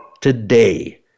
Today